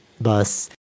bus